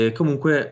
comunque